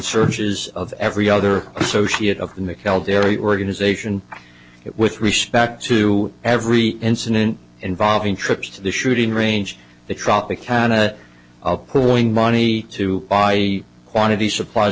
searches of every other associate of the caldera organization with respect to every incident involving trips to the shooting range the tropicana of pulling money to buy quantity supplies